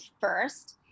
first